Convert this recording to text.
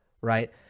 right